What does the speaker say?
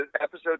episode